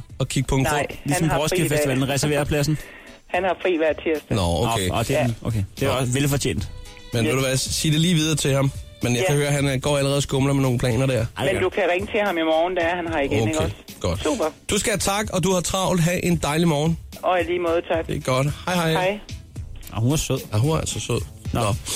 Og kigge på en krop? Nej, Ligesom han har på Roskilde fri hver tirsdag. Festivalen, reserverer pladsen. Han har fri hver tirsdag. Nå, okay. Nå, og det er den- Ja. okay. Det er Nå. også velfortjent. Men ved Ja. du hvad, s- sig det lige videre til ham. Men jeg Ja. kan høre, han, øh, går allerede og skumler med nogle planer der. Men Ej, ja. du kan ringe til ham i morgen, da han har igen, Okay, ikke også? godt. Super. Du skal have tak, og du har travlt. Ha' en dejlig morgen. Og i lige måde, tak. Det er godt. Hej, hej. Hej. Ah, hun er sød. Ah, hun er altså sød. Nå. Nå.